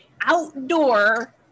outdoor